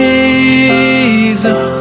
Jesus